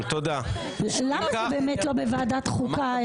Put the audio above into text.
למה זה באמת לא בוועדת החוקה?